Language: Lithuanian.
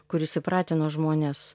kuris įpratino žmones